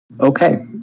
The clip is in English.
okay